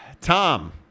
Tom